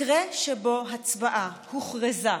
מקרה שבו הצבעה הוכרזה,